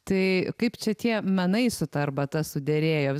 tai kaip čia tie menai su ta arbata suderėjo